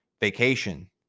vacation